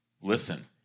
listen